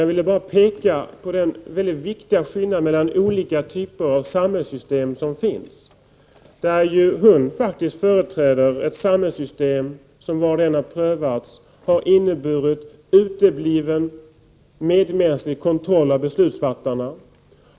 Jag ville bara peka på den mycket viktiga skillnad mellan olika typer av samhällssystem som finns. Gudrun Schyman företräder faktiskt ett samhällssystem som var det än har prövats har inneburit utebliven medmänsklig kontroll av beslutsfattarna.